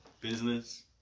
business